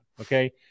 Okay